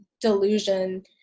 delusion